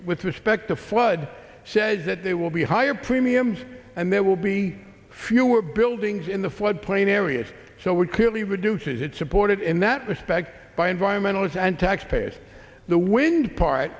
with respect to flood says that there will be higher premiums and there will be fewer buildings in the floodplain areas so we're clearly reduces it supported in that respect by environmentalists and tax payers the wind part